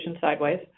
sideways